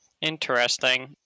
Interesting